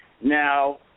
Now